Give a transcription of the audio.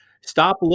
stop